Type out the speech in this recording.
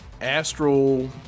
astral